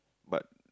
but